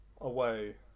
away